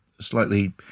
slightly